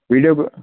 video